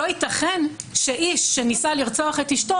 שלא ייתכן שאיש שניסה לרצוח את אישתו